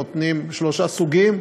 נותנים שלושה סוגים,